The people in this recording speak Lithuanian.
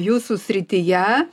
jūsų srityje